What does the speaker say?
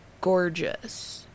gorgeous